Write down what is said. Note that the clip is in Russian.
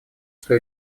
что